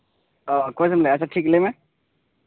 ᱠᱳᱪ ᱵᱮᱱ ᱞᱟᱹᱭᱮᱜᱼᱟ ᱟᱪᱪᱷᱟ ᱴᱷᱤᱠ ᱞᱟᱹᱭ ᱢᱮ